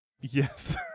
Yes